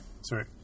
sorry